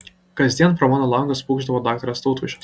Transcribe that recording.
kasdien pro mano langus pūkšdavo daktaras tautvaišas